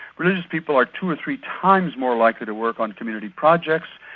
religious people are two or three times more likely to work on community projects,